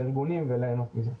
לארגונים וליהנות מזה.